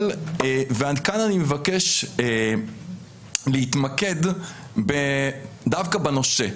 כאן אני מבקש להתמקד דווקא בנושה,